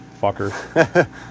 fucker